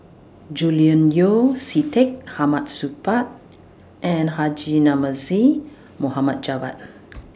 Julian Yeo See Teck Hamid Supaat and Haji Namazie Mohamed Javad